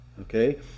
okay